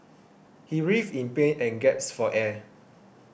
he writhed in pain and gasped for air